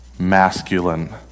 Masculine